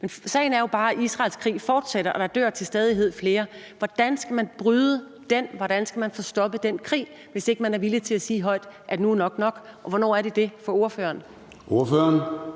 Men sagen er jo bare, at Israels krig fortsætter, og at der til stadighed dør flere. Hvordan skal man bryde det og få stoppet den krig, hvis ikke man er villig til at sige højt, at nu er nok nok? Og hvornår er det det for ordføreren?